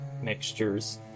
mixtures